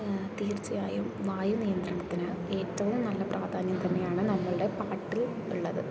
തീർച്ചയായും വായു നിയന്ത്രണത്തിന് ഏറ്റവും നല്ല പ്രാധാന്യം തന്നെയാണ് നമ്മളുടെ പാട്ടിൽ ഉള്ളത്